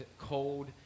cold